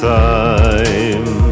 time